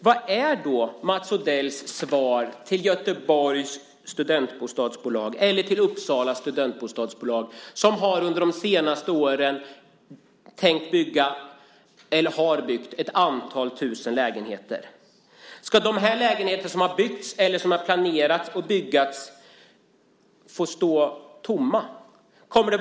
Vad är Mats Odells svar till Göteborgs och Uppsalas studentbostadsbolag, som under de senaste åren byggt ett antal tusen lägenheter? Ska de lägenheter som byggts, eller som planeras att byggas, få stå tomma?